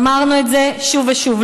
אמרנו את זה שוב ושוב,